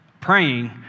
praying